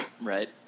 Right